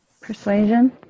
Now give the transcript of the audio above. Persuasion